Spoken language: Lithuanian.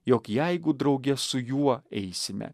jog jeigu drauge su juo eisime